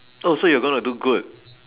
oh so you're gonna do good